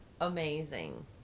amazing